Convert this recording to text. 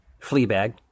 fleabag